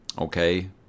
Okay